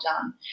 done